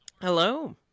Hello